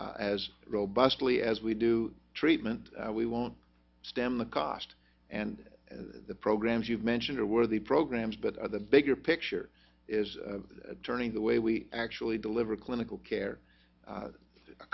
robustly as we do treatment we won't stem the cost and the programs you've mentioned are worthy programs but the bigger picture is turning the way we actually deliver clinical care